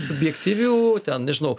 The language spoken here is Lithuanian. subjektyvių ten nežinau